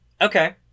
Okay